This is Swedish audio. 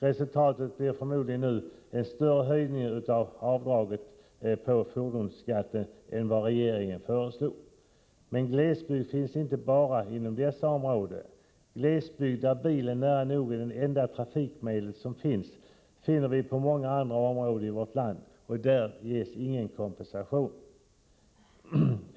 Resultatet blir förmodligen nu en större höjning av avdraget på fordonsskatten än vad regeringen föreslog. Men glesbygd finns inte bara inom dessa områden. Glesbygd, där bilen är nära nog det enda trafikmedlet finner vi på många andra håll i vårt land och där ges ingen kompensation.